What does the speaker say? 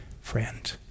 friend